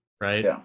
Right